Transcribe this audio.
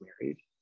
married